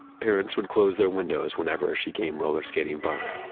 parents would close their windows whenever she came roller skating by.